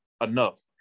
enough